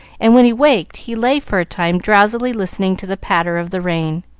and when he waked he lay for a time drowsily listening to the patter of the rain,